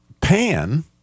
pan